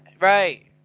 right